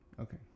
Okay